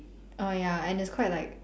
oh ya and it's quite like